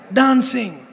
dancing